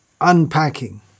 unpacking